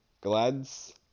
Glad's